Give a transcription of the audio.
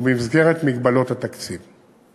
ובמסגרת מגבלות התקציב.